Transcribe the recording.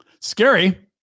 Scary